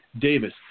Davis